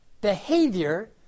behavior